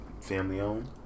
family-owned